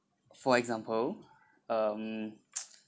for example um